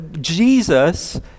Jesus